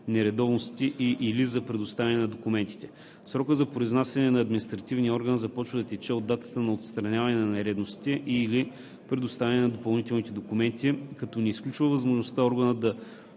нередовностите и/или за представяне на документите. Срокът за произнасяне на административния орган започва да тече от датата на отстраняване на нередовностите и/или представяне на допълнителните документи, като не изключва възможността органът да